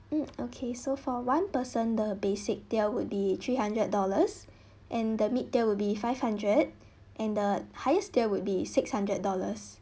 mm okay so for one person the basic tier would be three hundred dollars and the mid tier would be five hundred and the highest tier would be six hundred dollars